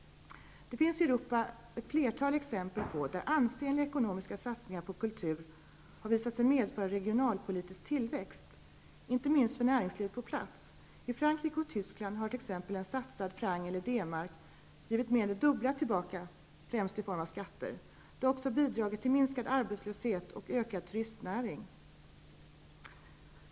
Det finns i Europa ett flertal exempel där ansenliga ekonomiska satsningar på kultur har visat sig medföra regionalpolitisk tillväxt, inte minst för näringslivet på plats. I Frankrike och Tyskland har t.ex. en satsad franc eller D-mark givit mer än det dubbla tillbaka, främst i form av skatter. Det har också bidragit till minskad arbetslöshet och en ökad turistnäring.